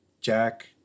Jack